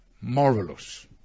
marvelous